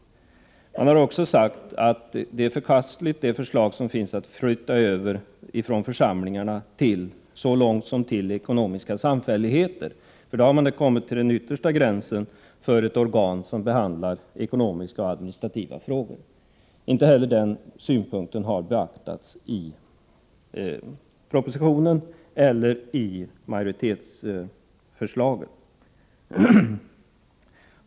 Läronämnden menar också att det befintliga förslaget till överflyttning från församlingar till ekonomiska samfälligheter är förkastligt. Då har man kommit till den yttersta gränsen för ett organ som behandlar ekonomiska och administrativa frågor. Inte heller denna synpunkt har beaktats i propositionen eller i majoritetsförslaget.